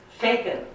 shaken